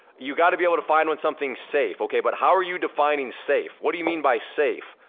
you gotta be able to find when something's safe, okay, but how are you defining safe? what do you mean by safe?